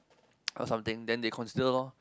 or something then they consider lor